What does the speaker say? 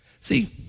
See